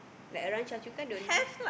like around Choa-Chu-Kang don't